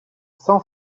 san